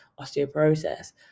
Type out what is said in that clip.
osteoporosis